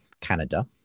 Canada